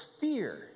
fear